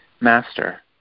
master